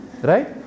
right